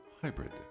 hybrid